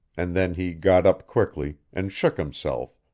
and then he got up quickly, and shook himself,